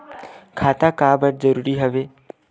खाता का बर जरूरी हवे?